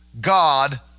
God